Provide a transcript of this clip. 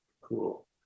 cool